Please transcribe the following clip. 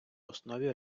основі